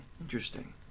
Interesting